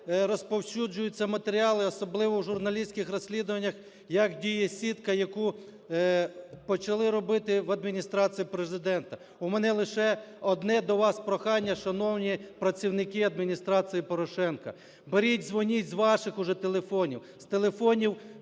розповсюджуються матеріали, особливо в журналістських розслідуваннях, як діє сітка, яку почали робити в Адміністрації Президента. У мене лише одне до вас прохання, шановні працівники Адміністрації Порошенка. Беріть дзвоніть з ваших уже телефонів, з телефонів